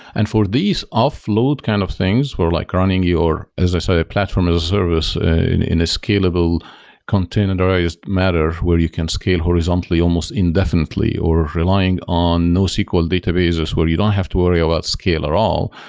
and for these offload kind of things, where like running your, as i say, a platform as-a-service in a scalable containerized matter where you can scale horizontally almost indefinitely, or relying on nosql database as well, you don't have to worry about scaler all.